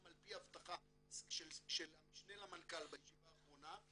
על פי הבטחה של המשנה למנכ"ל בישיבה האחרונה,